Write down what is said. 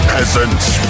Peasants